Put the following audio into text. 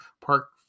Park